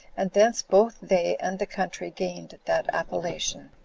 and thence both they and the country gained that appellation.